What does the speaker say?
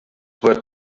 were